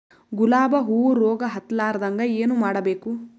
ಗುಲಾಬ್ ಹೂವು ರೋಗ ಹತ್ತಲಾರದಂಗ ಏನು ಮಾಡಬೇಕು?